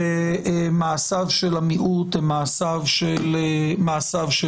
שמעשיו של המיעוט הם מעשיו של הרוב.